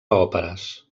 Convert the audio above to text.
òperes